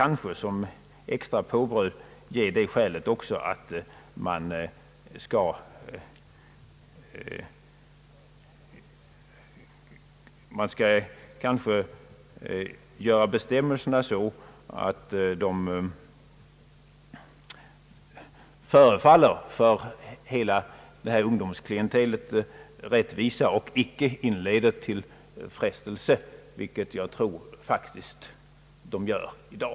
Som ett extra påbröd vill jag säga att bestämmelserna bör vara sådana att de framstår för ungdomarna såsom rättvisa och icke inleder till frestelse, vilket jag faktiskt tror att de gör i dag.